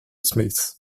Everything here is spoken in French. smith